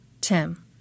Tim